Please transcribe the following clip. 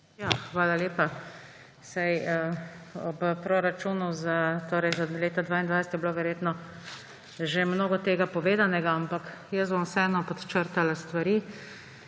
Hvala lepa. O proračunu za leto 2022 je bilo verjetno že mnogo tega povedanega, ampak jaz bom vseeno podčrtala stvari,